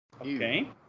Okay